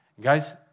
Guys